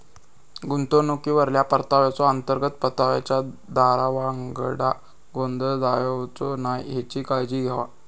गुंतवणुकीवरल्या परताव्याचो, अंतर्गत परताव्याच्या दरावांगडा गोंधळ जावचो नाय हेची काळजी घेवा